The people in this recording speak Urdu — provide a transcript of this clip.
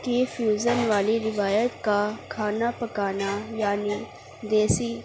کہ فیوزل والی روایت کا کھانا پکانا یعنی دیسی